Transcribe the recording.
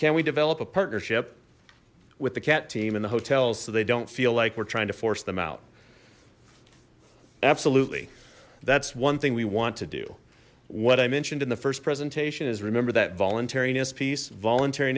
can we develop a partnership with the cat team and the hotels so they don't feel like we're trying to force them out absolutely that's one thing we want to do what i mentioned in the first presentation is remember that voluntariness piece voluntar